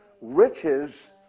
Riches